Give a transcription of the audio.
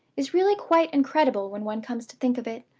is really quite incredible when one comes to think of it.